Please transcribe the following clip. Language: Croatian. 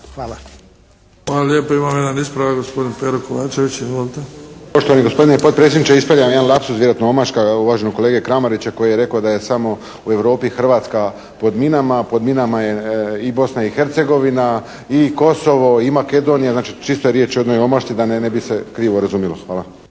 (HDZ)** Hvala lijepo. Imamo jedan ispravak, gospodin Pero KOvačević. Izvolite. **Kovačević, Pero (HSP)** Poštovani gospodine potpredsjedniče ispravljam jedan lapsus, vjerojatno omaška uvaženog kolege Kramarića koji je rekao da je samo u Europi Hrvatska pod minama. Pod minama je i Bosna i Hercegovina i Kosovo i Makedonija. Znači čisto je riječ o jednoj omašci da ne bi se krivo razumjelo. Hvala.